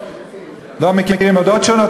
לא מכירים עדות שונות,